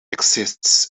exists